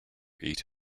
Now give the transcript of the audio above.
eat